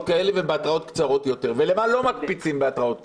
כאלה ובהתרעות קצרות יותר ולמה לא מקפיצים בהתרעות כאלה,